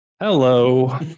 Hello